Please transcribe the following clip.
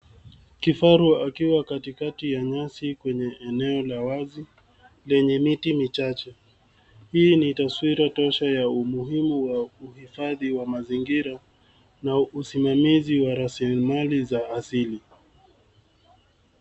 Kifaru akiwa katikati ya nyasi kwenye eneo la wazi lenye miti michache. Hii ni taswira tosha ya umuhimu wa uhifadhi wa mazingira na usimamizi wa rasilimali za asili.